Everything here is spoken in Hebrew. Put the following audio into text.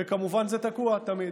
וכמובן, זה תקוע תמיד.